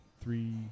three